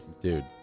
dude